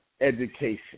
education